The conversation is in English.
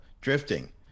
drifting